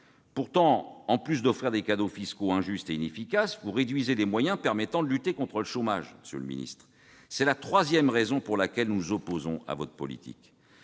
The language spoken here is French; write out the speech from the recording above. Pourtant, en plus d'offrir des cadeaux fiscaux injustes et inefficaces, vous réduisez les moyens permettant de lutter contre le chômage, monsieur le secrétaire d'État. C'est la troisième raison pour laquelle nous nous opposons à votre politique.